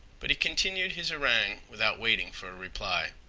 but he continued his harangue without waiting for a reply.